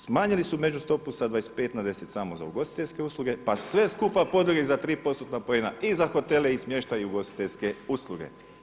Smanjili su međustopu sa 25 na 10 samo za ugostiteljske usluge, pa sve skupa podigli za 3%-na poena i za hotele, i smještaj i ugostiteljske usluge.